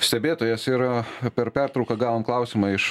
stebėtojas ir per pertrauką gavom klausimą iš